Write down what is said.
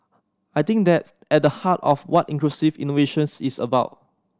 I think that's at the heart of what inclusive innovations is about